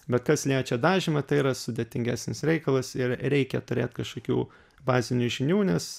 bet kas liečia dažymą tai yra sudėtingesnis reikalas ir reikia turėt kažkokių bazinių žinių nes